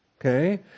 okay